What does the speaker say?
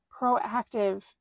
proactive